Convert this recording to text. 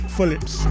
Phillips